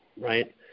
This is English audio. right